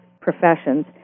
professions